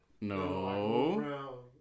No